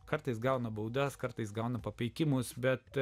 kartais gauna baudas kartais gauna papeikimus bet